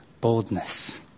boldness